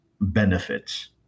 benefits